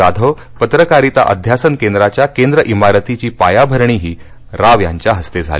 जाधव पत्रकारिता अध्यासन केंद्राच्या केंद्र इमारतीची पायाभरणीही राव यांच्या हस्ते झाली